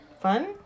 fun